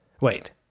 wait